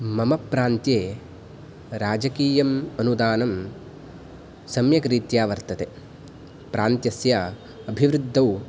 मम प्रान्त्ये राजकीयम् अनुदानं सम्यक्रीत्या वर्तते प्रान्त्यस्य अभिवृद्धौ